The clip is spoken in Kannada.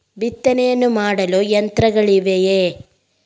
ಬಿತ್ತನೆಯನ್ನು ಮಾಡಲು ಯಂತ್ರಗಳಿವೆಯೇ?